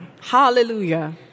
Hallelujah